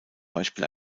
beispiel